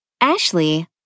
Ashley